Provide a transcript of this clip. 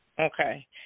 Okay